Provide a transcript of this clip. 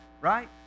right